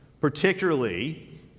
particularly